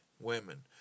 women